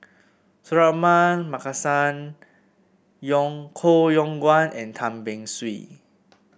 Suratman Markasan Yong Koh Yong Guan and Tan Beng Swee